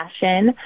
fashion